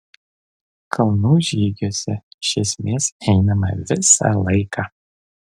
kalnų žygiuose iš esmės einama visą laiką